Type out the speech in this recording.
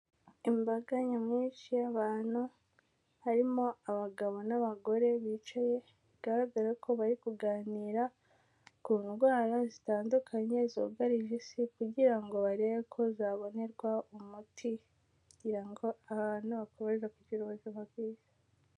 Imbaga nyamwinshi y'abantu, harimo abagabo n'abagore bicaye, bigaragara ko bari kuganira ku ndwara zitandukanye zugarije Isi, kugira ngo barebe ko zabonerwa umuti, kugira ngo abantu bakomeze kugira ubuzima bwiza.